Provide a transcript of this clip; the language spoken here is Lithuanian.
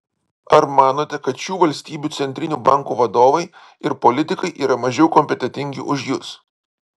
ar manote kad šių valstybių centrinių bankų vadovai ir politikai yra mažiau kompetentingi už jus